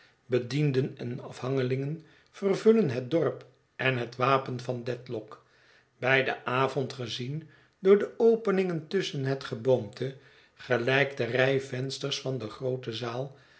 bedienden en afhangelingen vervullen het dorp en het wapen van dedlock bij den avond gezien door de openingen tusschen het geboomte gelijkt de rij vensters van de groote zaal